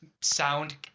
sound